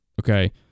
okay